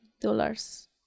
dollars